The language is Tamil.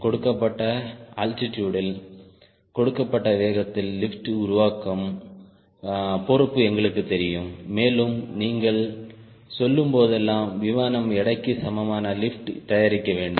கொடுக்கப்பட்ட அல்டிடுட் ல் கொடுக்கப்பட்ட வேகத்தில் லிப்ட் உருவாக்கும் பொறுப்பு எங்களுக்குத் தெரியும் மேலும் நீங்கள் சொல்லும்போதெல்லாம் விமானம் எடைக்கு சமமான லிப்ட் தயாரிக்க வேண்டும்